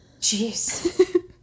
Jeez